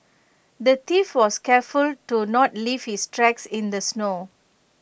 the thief was careful to not leave his tracks in the snow